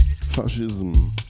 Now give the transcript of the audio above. fascism